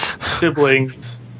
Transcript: siblings